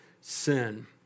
sin